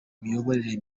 miyoborere